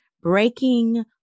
breaking